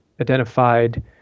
identified